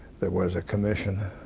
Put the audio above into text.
there was a commission,